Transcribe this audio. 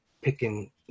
picking